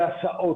זה הסעות,